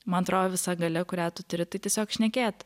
man atro visa galia kurią tu turi tai tiesiog šnekėt